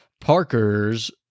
Parker's